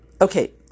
Okay